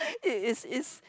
it is is